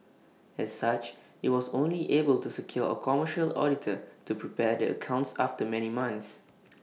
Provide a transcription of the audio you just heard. as such IT was only able to secure A commercial auditor to prepare the accounts after many months